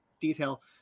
detail